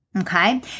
okay